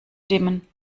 dimmen